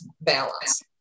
balance